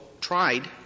tried